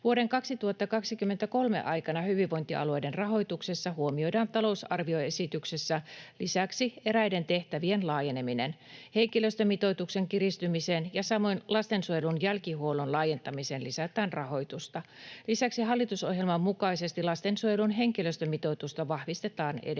Vuoden 2023 aikana hyvinvointialueiden rahoituksessa huomioidaan talousarvioesityksessä lisäksi eräiden tehtävien laajeneminen. Henkilöstömitoituksen kiristymiseen ja samoin lastensuojelun jälkihuollon laajentamiseen lisätään rahoitusta. Lisäksi hallitusohjelman mukaisesti lastensuojelun henkilöstömitoitusta vahvistetaan edelleen.